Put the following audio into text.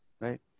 Right